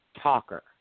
talker